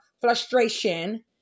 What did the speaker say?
frustration